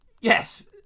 Yes